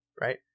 Right